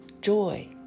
joy